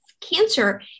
cancer